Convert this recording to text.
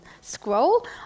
scroll